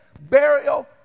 burial